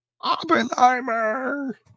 Oppenheimer